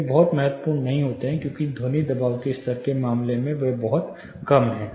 वे बहुत महत्वपूर्ण नहीं होते हैं क्योंकि ध्वनि दबाव के स्तर के मामले में वे बहुत कम हैं